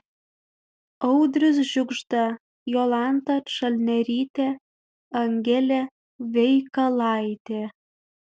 audrius žiugžda jolanta čalnerytė angelė veikalaitė